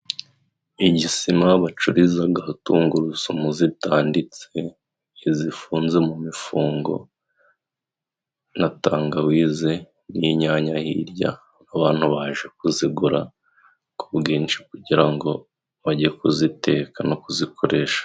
Igisima bacurizagaho tungurusumu zitanditse n'izifunze mu mifungo na tangawize, n'inyanya hirya. Abantu baje kuzigura ku bwinshi, kugira ngo bajye kuziteka no kuzikoresha.